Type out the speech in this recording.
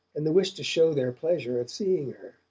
and the wish to show their pleasure at seeing her.